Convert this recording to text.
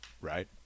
Right